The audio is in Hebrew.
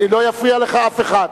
לא יפריע לך אף אחד.